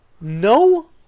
No